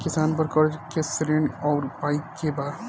किसान पर क़र्ज़े के श्रेइ आउर पेई के बा?